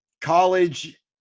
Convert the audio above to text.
college